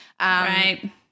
Right